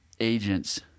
agents